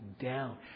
down